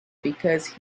because